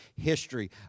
history